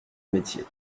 métier